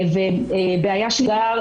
ובעיה שנייה,